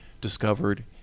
discovered